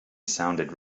sounded